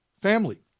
family